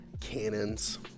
cannons